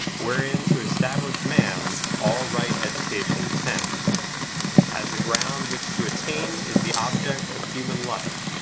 wherein to establish man, all right education tends as the ground which to attain is the object of human life,